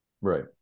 Right